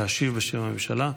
להשיב בשם הממשלה.